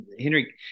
Henry